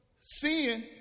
sin